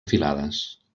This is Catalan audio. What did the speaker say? filades